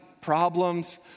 problems